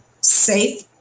safe